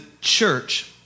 church